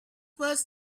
was